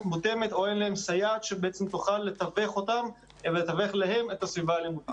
מותאמת או סייעת שתוכל לתווך להם את הסביבה הלימודית.